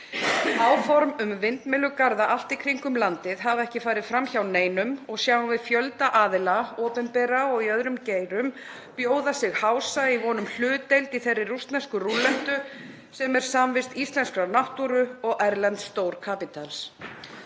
Áform um vindmyllugarða allt í kringum landið hafa ekki farið fram hjá neinum og sjáum við fjölda aðila, opinbera og í öðrum geirum, bjóða sig hása í von um hlutdeild í þeirri rússnesku rúllettu sem samvist íslenskrar náttúru og erlends stórkapítals